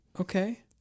Okay